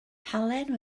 halen